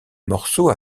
morceau